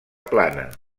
plana